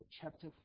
chapter